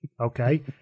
Okay